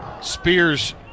Spears